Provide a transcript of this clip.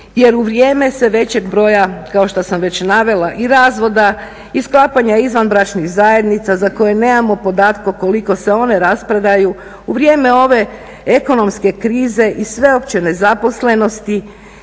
Jer u vrijeme sve većeg broja kao što sam već navela i razvoda i sklapanja izvanbračnih zajednica za koje nemamo podatke koliko se one raspadaju, u vrijeme ove ekonomske krize i sveopće nezaposlenosti